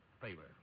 favor